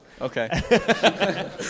Okay